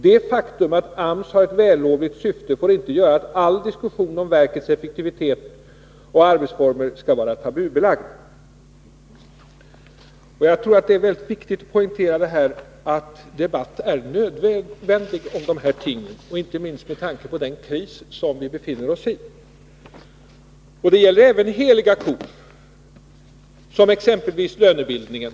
Det faktum att AMS har ett vällovligt syfte får inte göra att all diskussion om verkets effektivitet och dess arbetsformer skall vara tabubelagd.” Det är viktigt att poängtera att debatten om dessa ting är nödvändig, inte minst med tanke på den kris som vi befinner oss i. Det gäller även heliga kor, exempelvis lönebildningen.